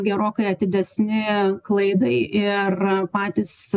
gerokai atidesni klaidai ir patys